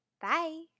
Bye